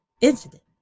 incident